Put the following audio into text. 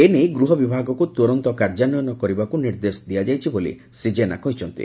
ଏ ନେଇ ଗୃହ ବିଭାଗକୁ ତୁରନ୍ତ କାର୍ଯ୍ୟାନ୍ୱୟନ କରିବାକୁ ନିର୍ଦ୍ଦେଶ ଦିଆଯାଇଛି ବୋଲି ଶ୍ରୀ ଜେନା କହିଛନ୍ତି